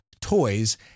toys